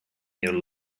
your